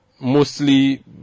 Mostly